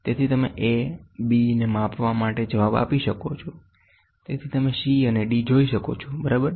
તેથી તમે a bને માપવા માટે જવાબ આપી શકો છો તેથી તમે c અને d જોઈ શકો છો બરાબર